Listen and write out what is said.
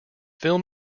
film